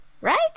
right